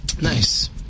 Nice